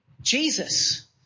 Jesus